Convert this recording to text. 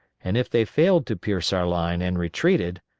and if they failed to pierce our line and retreated,